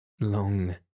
long